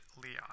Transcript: Leon